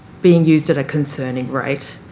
being used at a concerning rate,